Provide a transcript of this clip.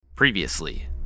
Previously